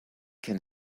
can